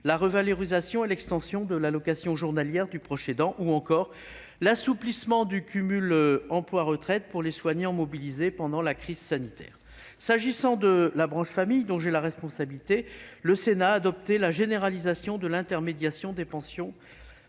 la revalorisation et l'extension de l'allocation journalière du proche aidant ou encore l'assouplissement du cumul emploi-retraite pour les soignants mobilisés pendant la crise sanitaire. Pour ce qui concerne la branche famille, dont j'ai la responsabilité, le Sénat a adopté la généralisation de l'intermédiation des pensions